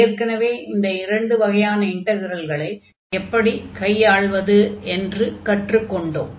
ஏற்கனவே இந்த இரண்டு வகையான இன்டக்ரல்களை எப்படிக் கையாள்வது என்று கற்றுக்கொண்டோம்